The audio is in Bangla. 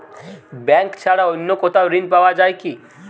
ব্যাঙ্ক ছাড়া অন্য কোথাও ঋণ পাওয়া যায় কি?